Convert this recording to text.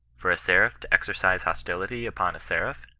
for a seraph to exercise hostility upon a seraph,